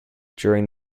during